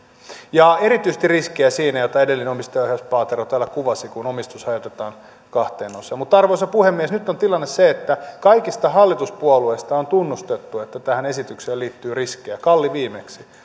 ja erityisesti riskiä on siinä mitä edellinen omistajaohjausministeri paatero täällä kuvasi kun omistus hajotetaan kahteen osaan mutta arvoisa puhemies nyt on tilanne se että kaikista hallituspuolueista on tunnustettu että tähän esitykseen liittyy riskejä kalli viimeksi